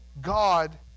God